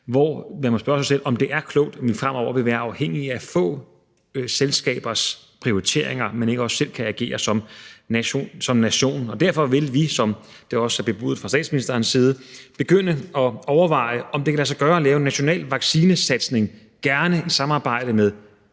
og man må spørge sig selv, om det er klogt, at vi fremover vil være afhængige af få selskabers prioriteringer, og at man ikke også selv kan agere som nation. Derfor vil vi, som det også er bebudet fra statsministerens side, begynde at overveje, om det kan lade sig gøre at lave en national vaccinesatsning, gerne i samarbejde med